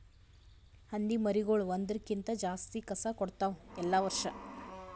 ಹಂದಿ ಮರಿಗೊಳ್ ಒಂದುರ್ ಕ್ಕಿಂತ ಜಾಸ್ತಿ ಕಸ ಕೊಡ್ತಾವ್ ಎಲ್ಲಾ ವರ್ಷ